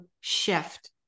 shift